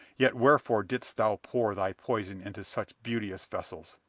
yet wherefore didst thou pour thy poison into such beauteous vessels?